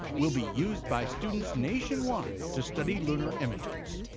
will be used by students nationwide to study lunar images.